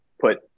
put